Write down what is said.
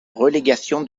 relégation